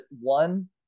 one